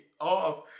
off